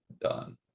done